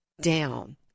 down